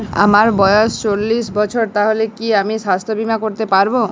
আমার বয়স চল্লিশ বছর তাহলে কি আমি সাস্থ্য বীমা করতে পারবো?